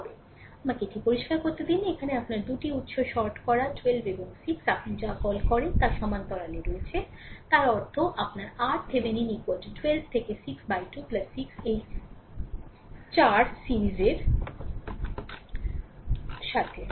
সুতরাং আমাকে এটি পরিষ্কার করতে দিন এখানে আপনার দুটি উত্স শর্ট করা 12 এবং 6 আপনি যা কল করেন তা সমান্তরালে রয়েছে তার অর্থ আপনার RThevenin 12 থেকে 612 6 এই 4 সিরিজের সাথে